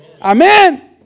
amen